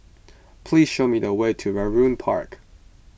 please show me the way to Vernon Park